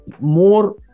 more